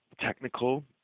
technical